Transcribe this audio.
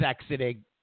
exiting